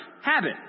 habit